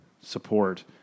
support